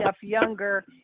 younger